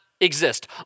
exist